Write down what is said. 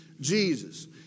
jesus